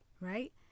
Right